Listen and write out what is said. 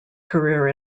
career